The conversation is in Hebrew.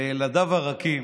לילדיו הרכים